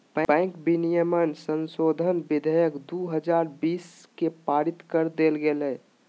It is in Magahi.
बैंक विनियमन संशोधन विधेयक दू हजार बीस के पारित कर देल गेलय